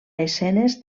escenes